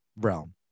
realm